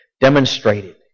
demonstrated